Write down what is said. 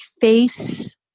face